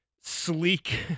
sleek